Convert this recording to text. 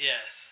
Yes